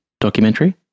documentary